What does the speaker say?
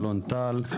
אלון טל,